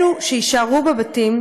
אלו שיישארו בבתים,